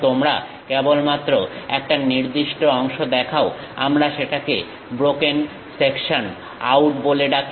যদি তোমরা কেবলমাত্র একটা নির্দিষ্ট অংশ দেখাও আমরা সেটাকে ব্রোকেন সেকশন আউট বলে ডাকি